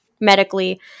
medically